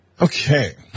Okay